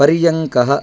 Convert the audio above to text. पर्यङ्कः